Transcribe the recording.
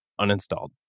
uninstalled